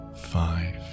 Five